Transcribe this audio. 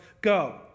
go